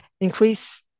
increase